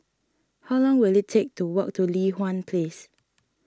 how long will it take to walk to Li Hwan Place